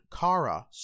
Kara